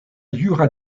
jura